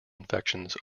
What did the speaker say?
infections